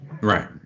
Right